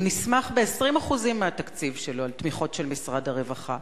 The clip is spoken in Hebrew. הוא נסמך ב-20% מהתקציב שלו על תמיכות של משרד הרווחה.